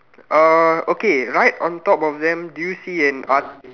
uh okay right on top of them do you see an art